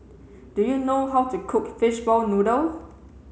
do you know how to cook fishball noodle